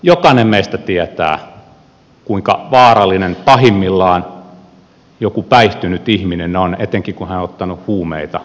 jokainen meistä tietää kuinka vaarallinen pahimmillaan joku päihtynyt ihminen on etenkin kun hän on ottanut huumeita